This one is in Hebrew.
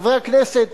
חברי הכנסת,